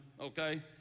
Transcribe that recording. okay